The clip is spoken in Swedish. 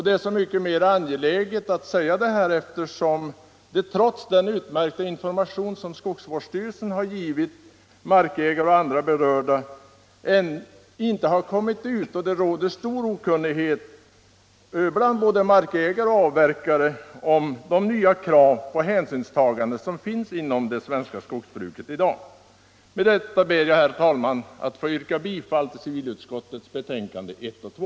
Det är så mycket mera angeläget att säga detta, eftersom det inte har kommit ut, trots den utmärkta information som skogsvårdsstyrelsen har givit markägare och andra berörda. Det råder stor okunnighet bland både markägare och avverkare om de nya krav på hänsynstagande som i dag ställs på det svenska skogsbruket. Herr talman! Med detta ber jag att få yrka bifall till civilutskottets hemställan i betänkandena 1 och 2.